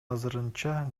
азырынча